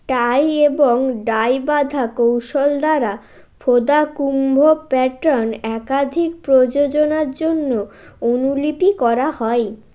টাই এবং টাই বাঁধার কৌশল দ্বারা ফোদা কুম্ভ প্যাটার্ন একাধিক প্রযোজনার জন্য অনুলিপি করা হয়